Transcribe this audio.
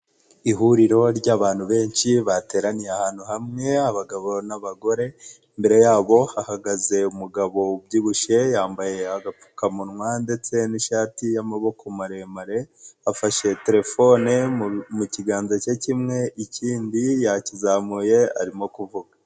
Ihuriro ry'abantu benshi bateraniye ahantu hamwe abagabo n'abagore, imbere yabo hahagaze umugabo ubyibushyehe yambaye agapfukamunwa ndetse n'ishati y'amaboko maremare, afashe telefone mu kiganza ke kimwe ikindi yakizamuye arimo kuvuga.